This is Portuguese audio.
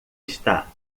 está